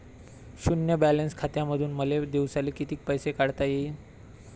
शुन्य बॅलन्स खात्यामंधून मले दिवसाले कितीक पैसे काढता येईन?